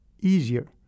easier